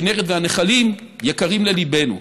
הכינרת והנחלים יקרים לליבנו.